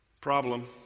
Problem